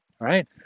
Right